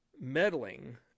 meddling